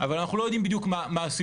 אבל אנחנו לא יודעים בדיוק מה הסיבה.